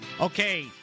Okay